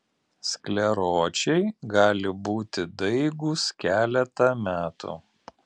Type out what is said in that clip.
skleročiai gali būti daigūs keletą metų